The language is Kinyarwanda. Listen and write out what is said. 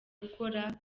gukora